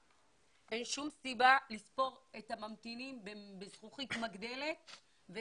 אין שום סיבה לספור את הממתינים בזכוכית מגדלת.